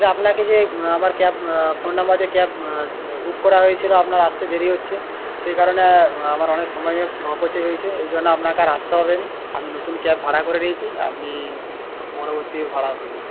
যে আপনাকে যে আমার ক্যাব ফোন নাম্বার দিয়ে ক্যাব বুক করা হয়েছিল আপনার আসতে দেরি হচ্ছে সেই কারণে আমার অনেক সময়ও অপচয় হয়েছে এই জন্য আপনাকে আর আসতে হবে না আমি নতুন ক্যাব ভাড়া করে নিয়েছি আপনি পরবর্তী ভাড়া খুঁজুন